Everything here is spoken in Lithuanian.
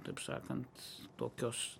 taip sakant tokios